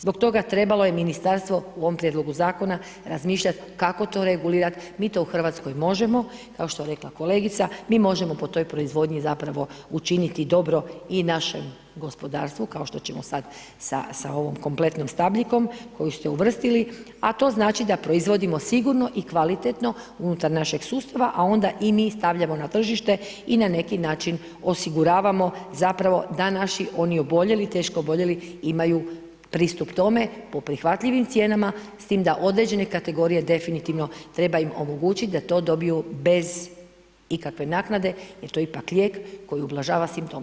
Zbog toga, trebalo je Ministarstvo u ovom prijedlogu Zakona razmišljat kako to regulirat, mi to u RH možemo, kao što je rekla kolegica, mi možemo po toj proizvodnji učiniti zapravo dobro i našem gospodarstvu, kao što ćemo sad sa ovom kompletnom stabljikom koju ste uvrstili, a to znači da proizvodimo sigurno i kvalitetno unutar našeg sustava, a onda i mi stavljamo na tržište i na neki osiguravamo zapravo, da naši, oni oboljeli, teško oboljeli, imaju pristup tome, po prihvatljivim cijenama s tim da određene kategorije definitivno, treba im omogućit da to dobiju bez ikakve naknade jer to je ipak lijek koji ublažava simptome.